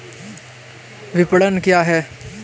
विपणन क्या है?